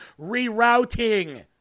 rerouting